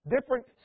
Different